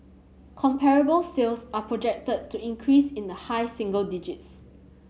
comparable sales are projected to increase in the high single digits